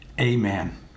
Amen